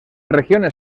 regiones